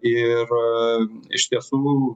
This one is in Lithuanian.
ir iš tiesų